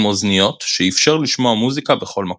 אוזניות שאיפשר לשמוע מוזיקה בכל מקום.